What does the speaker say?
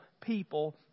people